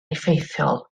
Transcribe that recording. effeithiol